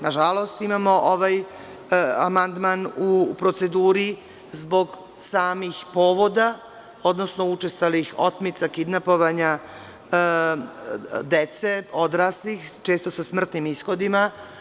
Nažalost, imamo ovaj amandman u proceduri zbog samih povoda, odnosno učestalih otmica, kidnapovanja dece i odraslih, a često sa smrtnim ishodima.